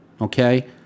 Okay